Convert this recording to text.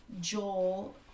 Joel